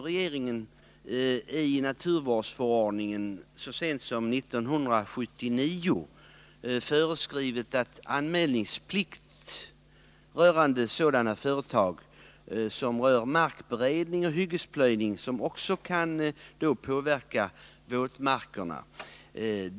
Regeringen har i naturvårdsförordningen så sent som 1979 föreskrivit anmälningsplikt beträffande sådana företag som rör markberedning och hyggesplöjning, vilka också kan påverka våtmarkerna.